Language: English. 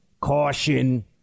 caution